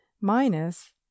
minus